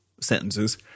sentences –